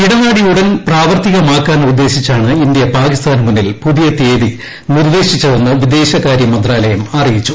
ഇടനാഴി ഉടൻ പ്രാവർത്തികമാക്കാൻ ഉദ്ദേശിച്ചാണ് ഇന്ത്യ പാകിസ്ഥാനു മുന്നിൽ പുതിയ തീയതി നിർദ്ദേശിച്ചതെന്ന് വിദേശകാര്യ മന്ത്രാലയ്ക്ക് അറിയിച്ചു